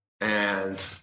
and-